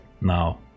now